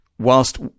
Whilst